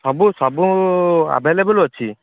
ସବୁ ସବୁ ଆଭେଲେବୁଲ ଅଛି